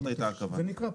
זאת הייתה הכוונה.